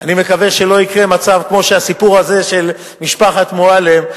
אני מקווה שלא יקרה מצב כמו הסיפור הזה של משפחת מועלם,